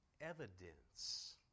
evidence